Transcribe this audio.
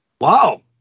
Wow